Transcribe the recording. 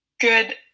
good